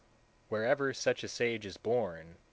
wherever such a sage is born,